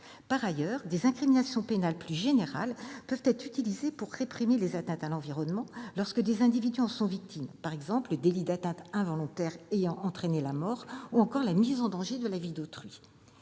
Par ailleurs, des incriminations pénales plus générales peuvent être utilisées pour réprimer les atteintes à l'environnement lorsque des individus en sont victimes, par exemple le délit d'atteinte involontaire ayant entraîné la mort ou celui de mise en danger de la vie d'autrui.